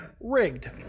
rigged